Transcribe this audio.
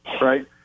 right